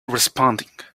responding